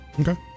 okay